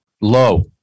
Low